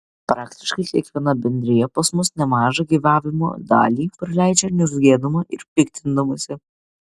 praktiškai kiekviena bendrija pas mus nemažą gyvavimo dalį praleidžia niurzgėdama ir piktindamasi